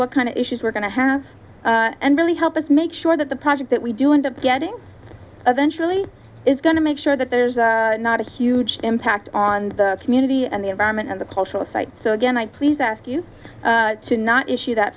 what kind of issues we're going to have and really help us make sure that the project that we do end up getting eventually is going to make sure that there's not a huge impact on the community and the environment and the cultural sites so again i please ask you to not issue that